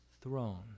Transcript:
throne